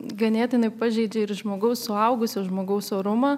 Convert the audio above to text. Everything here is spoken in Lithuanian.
ganėtinai pažeidžia ir žmogaus suaugusio žmogaus orumą